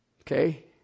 Okay